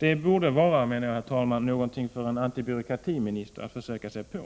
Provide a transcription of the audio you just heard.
Det borde vara något för en antibyråkratiminister att försöka sig på.